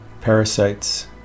parasites